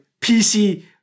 PC